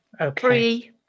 Okay